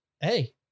hey